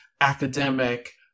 academic